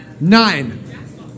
Nine